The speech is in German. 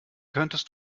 könntest